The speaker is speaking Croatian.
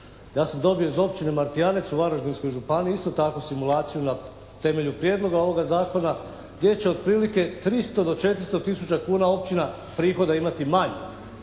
Ja sam dobio iz općine Martijanec u Varaždinskoj županiji isto tako simulaciju na temelju Prijedloga ovoga Zakona gdje će otprilike 300 do 400 tisuća kuna općina prihoda imati manje.